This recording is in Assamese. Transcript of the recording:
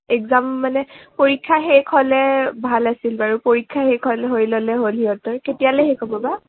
একজাম মানে পৰীক্ষা শেষ হ'লে ভাল আছিল বাৰু পৰীক্ষা শেষ হৈ ল'লে হ'ল সিহঁতৰ কেতিয়ালৈ শেষ হ'ব বা